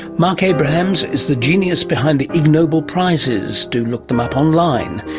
marc abrahams is the genius behind the ig nobel prizes. do look them up online.